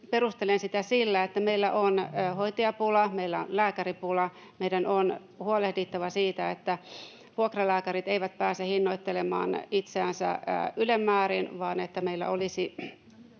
perustelen sitä sillä, että meillä on hoitajapula, meillä on lääkäripula, meidän on huolehdittava siitä, että vuokralääkärit eivät pääse hinnoittelemaan itseänsä ylen määrin, vaan että meillä olisi